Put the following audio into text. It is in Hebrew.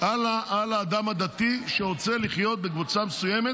על האדם הדתי שרוצה לחיות בקבוצה מסוימת